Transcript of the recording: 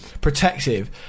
protective